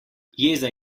jeza